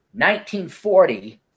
1940